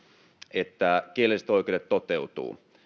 että kielelliset oikeudet toteutuvat